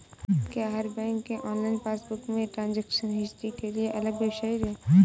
क्या हर बैंक के ऑनलाइन पासबुक में ट्रांजेक्शन हिस्ट्री के लिए अलग वेबसाइट है?